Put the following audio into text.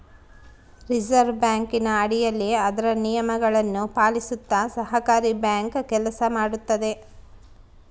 reserve ಬ್ಯಾಂಕಿನ ಅಡಿಯಲ್ಲಿ ಅದರ ನಿಯಮಗಳನ್ನು ಪಾಲಿಸುತ್ತ ಸಹಕಾರಿ ಬ್ಯಾಂಕ್ ಕೆಲಸ ಮಾಡುತ್ತದೆ